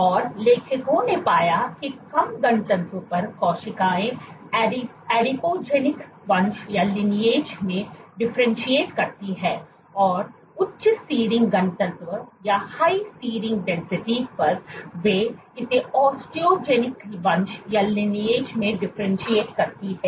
और लेखकों ने पाया कि कम घनत्व पर कोशिकाएं एडिपोजेनिक वंश में डिफरेंशियट करती हैं और उच्च सीडिंग घनत्व पर वे इसे ऑस्टियोजेनिक वंश में डिफरेंशियट करती हैं